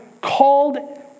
called